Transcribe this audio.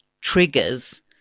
triggers